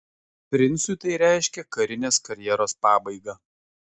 princui tai reiškė karinės karjeros pabaigą